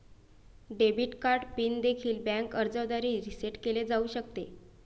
debit card pin देखील bank अर्जाद्वारे reset केले जाऊ शकते